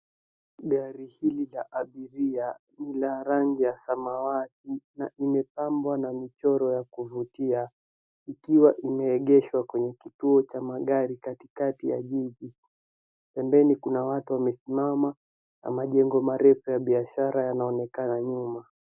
Gari hili la abiria ni la rangi ya samawati na imepambwa kwa michoro ya kuvutia ikiwa imeegeshwa kwenye kituo cha magari katikati ya jiji. Pembeni kuna watu wamesimama na majengo marefu ya biashara yanaonekana nyuma.